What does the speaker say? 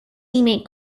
teammate